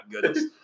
goodness